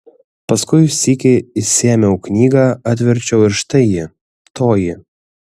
paskui sykį išsiėmiau knygą atverčiau ir štai ji toji